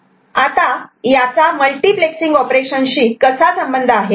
आता याचा multiplexing operation शी कसा संबंध आहे